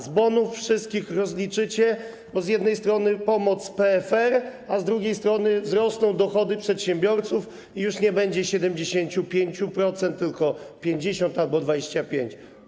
Z bonów wszystkich rozliczycie, bo z jednej strony jest pomoc z PFR, a z drugiej strony wzrosną dochody przedsiębiorców i już nie będzie 75%, tylko 50 albo 25.